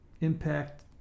impact